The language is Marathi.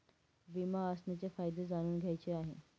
विमा असण्याचे फायदे जाणून घ्यायचे आहे